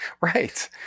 Right